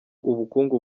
ubukungu